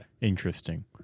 Interesting